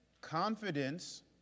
Confidence